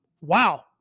wow